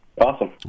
Awesome